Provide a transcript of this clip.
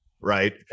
Right